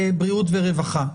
בריאות ורווחה,